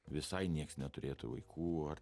visai nieks neturėtų vaikų ar